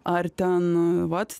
ar ten vat